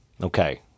Okay